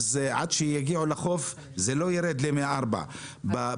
עד שהם יגיעו לחוף הטמפרטורה לא תרד ל-4 מעלות.